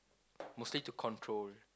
mostly to control